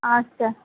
আচ্ছা